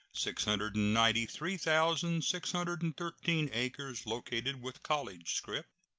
six hundred and ninety three thousand six hundred and thirteen acres located with college scrip,